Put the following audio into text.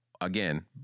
again